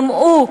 גם הוא,